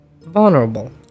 vulnerable